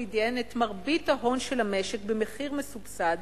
לידיהן את מרבית ההון של המשק במחיר מסובסד,